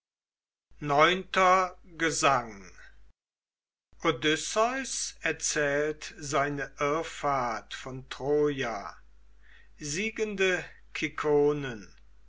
ix gesang odysseus erzählt seine irrfahrt von troja siegende